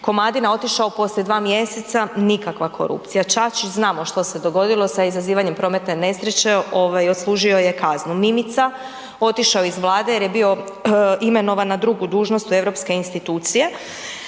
Komadina otišao poslije 2. mjeseca, nikakva korupcija, Čačić znamo što se dogodilo sa izazivanjem prometne nesreće ovaj odslužio je kaznu, Mimica otišao je iz Vlade jer je bio imenovan na drugu dužnost u Europske institucije,